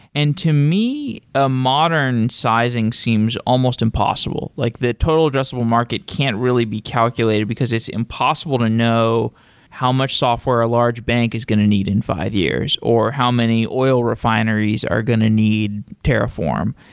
and to me a modern sizing seems almost impossible. like the total addressable market can't really be calculated, because it's impossible to know how much software a large bank is going to need in five years, or how many oil refineries are going to need terraform.